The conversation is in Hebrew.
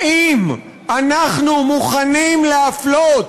האם אנחנו מוכנים להפלות